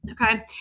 okay